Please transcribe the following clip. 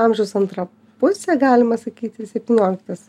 amžiaus antra pusė galima sakyti ir septynioliktas